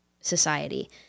society